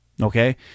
Okay